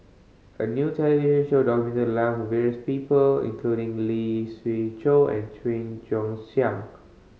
a new television show documented the lives of various people including Lee Siew Choh and Joon Siang